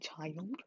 child